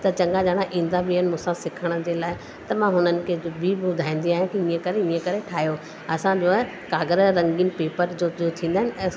त चङा ॼणा ईंदा बि आहिनि मूं सां सिखण जे लाइ त मां हुननि खे बि ॿुधाईंदी आहियां इअं करे इअं करे ठाहियो असांजो आहे काॻर रंगीन पेपर जो जो थींदा आहिनि